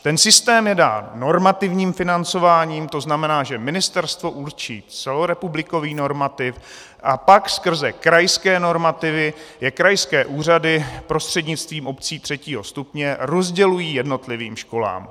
Ten systém je dán normativním financováním, to znamená, že ministerstvo určí celorepublikový normativ a pak skrze krajské normativy je krajské úřady prostřednictvím obcí třetího stupně rozdělují jednotlivým školám.